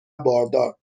باردار